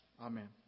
Amen